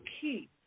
key